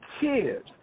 kids